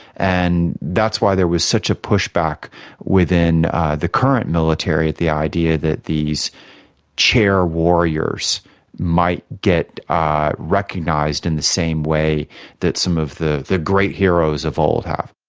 and that's why there was such a pushback within the current military, the idea that these chair-warriors might get ah recognised in the same way that some of the the great heroes of old have.